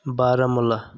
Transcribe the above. بارہ مُلہ